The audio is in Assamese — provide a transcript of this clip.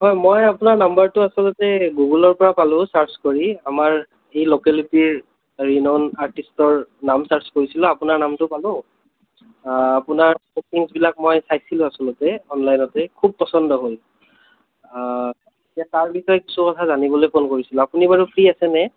হয় মই আপোনাৰ নাম্বাৰটো আচলতে গুগুলৰপৰা পালোঁ চাৰ্চ কৰি আমাৰ এই লোকেলিটিৰ ৰিনাউন আৰ্টিষ্টৰ নাম চাৰ্চ কৰিছিলোঁ আপোনাৰ নামটো পালোঁ আপোনাৰ ফটোছবিলাক মই চাইছিলোঁ আচলতে অনলাইনতে খুব পচন্দ হ'ল এতিয়া তাৰ বিষয়ে কিছু কথা জানিবলৈ ফোন কৰিছিলোঁ আপুনি বাৰু ফ্ৰী আছে নে